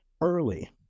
early